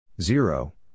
Zero